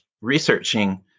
researching